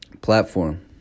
platform